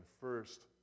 first